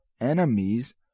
enemies